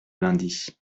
lundi